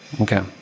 Okay